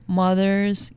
mothers